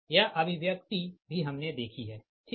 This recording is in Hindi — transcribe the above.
यह अभिव्यक्ति भी हमने देखी है ठीक